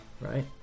right